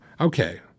okay